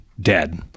dead